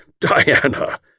Diana